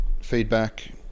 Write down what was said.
feedback